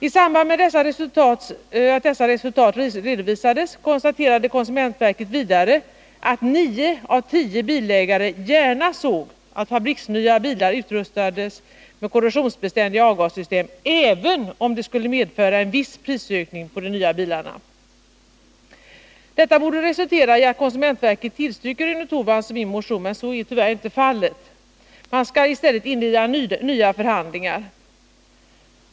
I samband med att dessa resultat redovisades konstaterade konsumentverket att nio av tio bilägare gärna såg att fabriksnya bilar utrustades med korrosionsbeständiga avgassystem, även om det skulle medföra en viss prisökning på de nya bilarna. Detta borde ha resulterat i att konsumentverket tillstyrkt Rune Torwalds och min motion, men så är tyvärr inte fallet. Det skall i stället inledas nya förhandlingar.